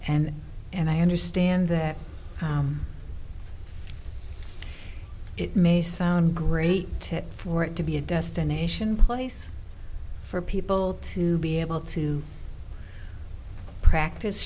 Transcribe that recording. and and i understand that it may sound great to for it to be a destination place for people to be able to practice